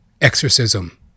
exorcism